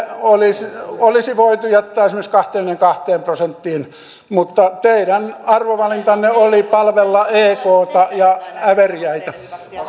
olisi olisi voitu jättää esimerkiksi kahteenkymmeneenkahteen prosenttiin mutta teidän arvovalintanne oli palvella ekta ja äveriäitä